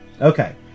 Okay